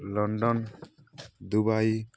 London Dubai